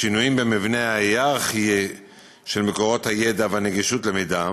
השינויים במבנה ההייררכי של מקורות הידע והנגישות של המידע,